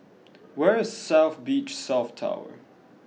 where is South Beach South Tower